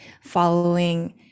following